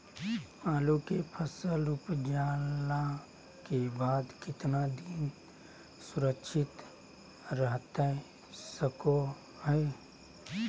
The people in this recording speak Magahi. आलू के फसल उपजला के बाद कितना दिन सुरक्षित रहतई सको हय?